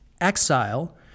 exile